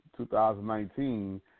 2019